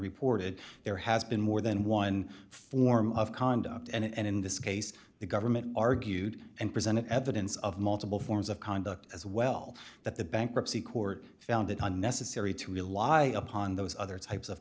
reported there has been more than one form of conduct and in this case the government argued and presented evidence of multiple forms of conduct as well that the bankruptcy court found it unnecessary to rely upon those other types of